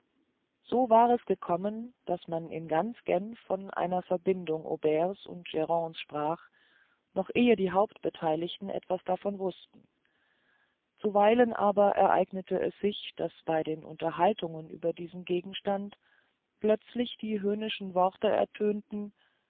so war es gekommen daß man in ganz genf von einer verbindung aubert's und grande's sprach noch ehe die hauptbetheiligten etwas davon wußten zuweilen aber ereignete es sich daß bei den unterhaltungen über diesen gegenstand plötzlich die höhnischen worte ertönten